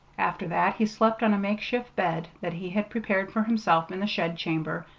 after that he slept on a makeshift bed that he had prepared for himself in the shed-chamber,